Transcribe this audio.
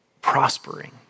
prospering